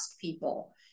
people